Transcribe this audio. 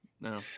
No